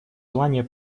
желание